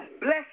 Bless